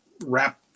wrap